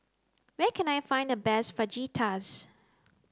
where can I find the best Fajitas